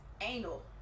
Anal